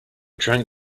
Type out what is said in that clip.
drank